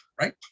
right